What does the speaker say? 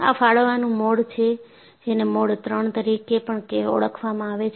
આ ફાડવાનું મોડ છે જેને મોડ III તરીકે પણ ઓળખવામાં આવે છે